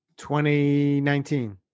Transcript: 2019